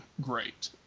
great